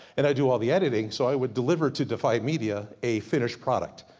and i do all the editing. so i would deliver to defy media a finished product.